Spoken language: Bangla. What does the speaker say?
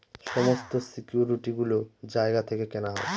সমস্ত সিকিউরিটি গুলো জায়গা থেকে কেনা হয়